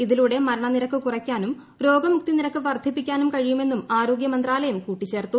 ഇതിലൂടെ മരണനിരക്ക് കുറക്കാനും രോഗമുക്തി നിരക്ക് വർധിപ്പിക്കാനും കഴിയുമെന്നും ആരോഗ്യമന്ത്രാലയം കൂട്ടിച്ചേർത്തു